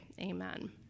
Amen